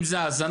אם זה הזנה,